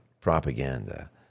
propaganda